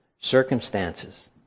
circumstances